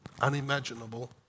unimaginable